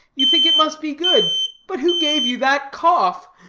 you think it must be good. but who gave you that cough?